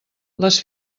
les